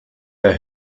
der